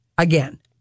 Again